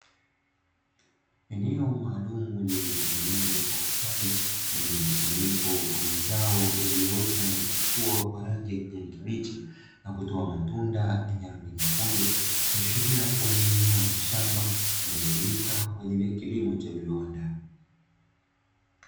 Eneo maalumu lililotengenezwa kwa ustadi lenye mkusanyiko wa mazao yaliyoota na kuchipua kwa rangi ya kijani kibichi, na kutoa matunda yenye rangi nyekundu ikiashiria kuwa ni eneo la shamba limetumika kwaajili ya kilimo cha viwanda.